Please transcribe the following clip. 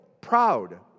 proud